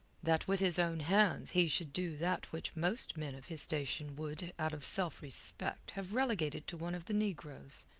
that with his own hands he should do that which most men of his station would, out of self-respect, have relegated to one of the negroes,